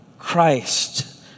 Christ